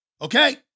Okay